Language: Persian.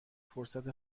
فرصت